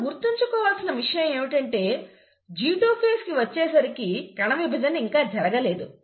మనం గుర్తుంచుకోవలసిన విషయం ఏమిటంటే G2 phase కి వచ్చేసరికి కణవిభజన ఇంకా జరుగలేదు